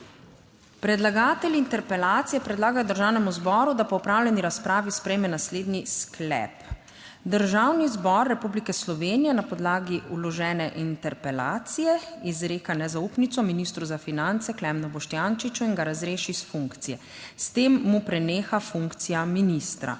Predlagatelj interpelacije predlaga Državnemu zboru, da po opravljeni razpravi sprejme naslednji sklep: "Državni zbor Republike Slovenije na podlagi vložene interpelacije izreka nezaupnico ministru za finance Klemnu Boštjančiču in ga razreši s funkcije. S tem mu preneha funkcija ministra